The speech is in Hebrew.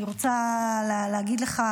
אני רוצה להגיד לך,